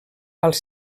als